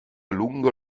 lungo